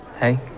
Hey